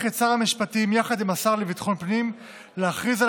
את שר המשפטים יחד עם השר לביטחון פנים להכריז על